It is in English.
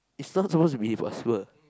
is not supposed to be impossible